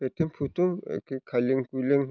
लेथें फेथें एखे खायलें खुइलें